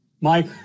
Mike